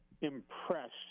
impressed